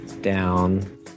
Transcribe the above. down